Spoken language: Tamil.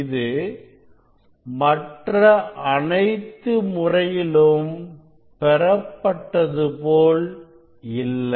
இது மற்ற அனைத்து முறையிலும்பெறப்பட்டது போல் இல்லை